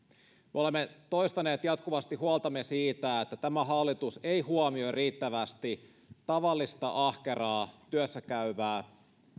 me olemme toistaneet jatkuvasti huoltamme siitä että tämä hallitus ei huomioi riittävästi tavallista ahkeraa työssäkäyvää